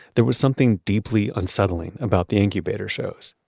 there was something deeply unsettling about the incubator shows.